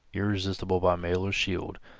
irresistible by mail or shield,